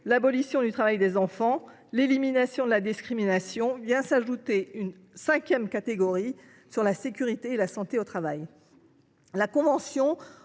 l’abolition du travail des enfants, l’élimination de la discrimination – vient s’ajouter une cinquième catégorie : la sécurité et la santé au travail. La convention